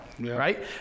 right